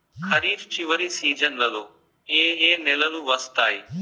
ఖరీఫ్ చివరి సీజన్లలో ఏ ఏ నెలలు వస్తాయి